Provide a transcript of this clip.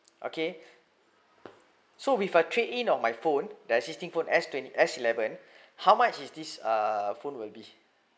okay so if I trade in of my phone the existing phone S twenty S eleven how much is this uh phone will be